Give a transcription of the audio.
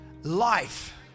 life